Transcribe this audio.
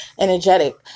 energetic